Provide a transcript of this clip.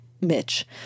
Mitch